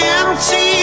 empty